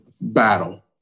battle